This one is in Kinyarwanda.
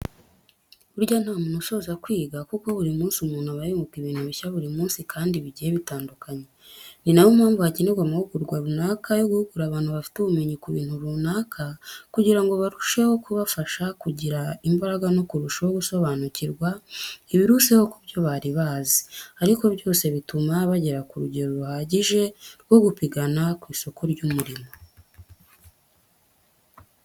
Burya nta muntu usoza kwiga kuko buri munsi umuntu aba yunguka ibintu bishya buri munsi kandi bigiye bitandukanye. Ni na yo mpamvu hakenerwa amahugurwa runaka yo guhugura abantu bafite ubumenyi ku bintu runaka kugira ngo barusheho kubafasha kugira imbaraga no kurushaho gusobanukirwa ibiruseho ku byo bari bazi ariko byose bituma bagera ku rugero ruhagije rwo gupigana ku isoko ry'umurimo.